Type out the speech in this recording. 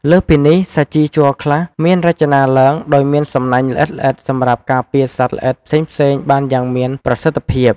លើសពីនេះ សាជីជ័រខ្លះមានរចនាឡើងដោយមានសំណាញ់ល្អិតៗសម្រាប់ការពារសត្វល្អិតផ្សេងៗបានយ៉ាងមានប្រសិទ្ធភាព។